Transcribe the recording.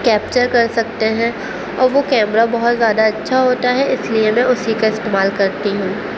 capture کر سکتے ہیں اور وہ کیمرہ بہت زیادہ اچھا ہوتا ہے اس لیے میں اسی کا استعمال کرتی ہوں